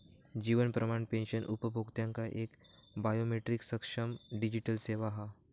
जीवन Pramaan pension उपभोक्त्यांका एक biometric सक्षम डिजीटल सेवा हा